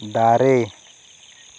ᱫᱟᱨᱮ